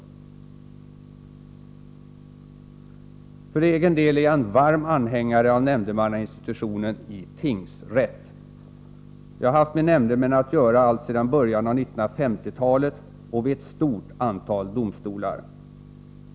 För egen del är jag en varm anhängare av nämndemannainstitutionen i tingsrätt. Jag har haft med nämndemän att göra alltsedan början av 1950-talet och vid ett stort antal domstolar.